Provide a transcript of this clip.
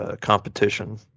competition